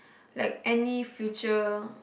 like any future